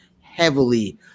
heavily